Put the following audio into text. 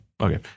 Okay